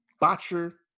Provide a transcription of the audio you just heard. Botcher